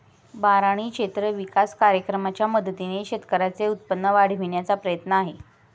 बारानी क्षेत्र विकास कार्यक्रमाच्या मदतीने शेतकऱ्यांचे उत्पन्न वाढविण्याचा प्रयत्न आहे